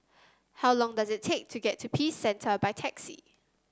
how long does it take to get to Peace Centre by taxi